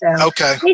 Okay